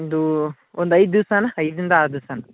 ಒಂದು ಒಂದು ಐದು ದಿವಸ ಅಣ್ಣ ಐದರಿಂದ ಆರು ದಿವ್ಸ ಅಣ್ಣ